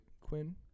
Quinn